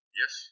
Yes